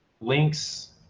links